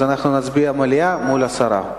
אז אנחנו נצביע על מליאה מול הסרה.